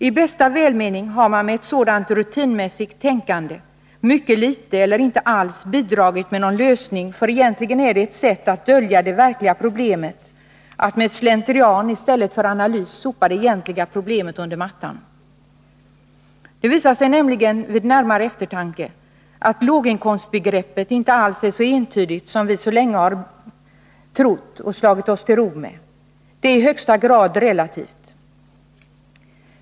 I bästa välmening har man med ett sådant rutinmässigt tänkande mycket 6 litet eller inte alls bidragit med någon lösning, för egentligen är det ett sätt att dölja det verkliga problemet, att i stället för att göra en analys genom slentrian sopa det egentliga problemet under mattan. Det visar sig nämligen vid närmare eftertanke att låginkomstbegreppet inte alls är så entydigt som vi så länge har trott och slagit oss till ro med. Det är i högsta grad relativt.